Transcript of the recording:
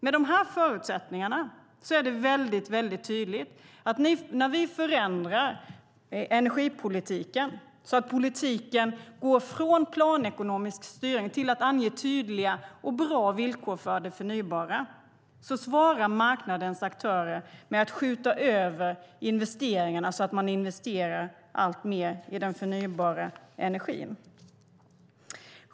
Med de här förutsättningarna är det tydligt att när vi förändrar energipolitiken från planekonomisk styrning till att ange tydliga och bra villkor för det förnybara svarar marknadens aktörer med att skjuta över investeringarna alltmer till den förnybara energin.